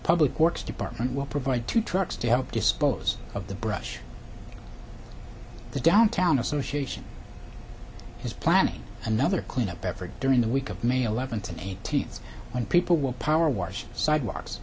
public works department will provide two trucks to help dispose of the brush the downtown association is planning another cleanup effort during the week of may eleventh and eighteenth when people will power wash sidewalks